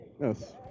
yes